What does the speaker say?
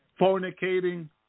fornicating